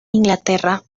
inglaterra